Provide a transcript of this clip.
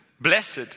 Blessed